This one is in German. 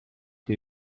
die